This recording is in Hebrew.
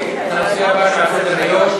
לנושא הבא שעל סדר-היום: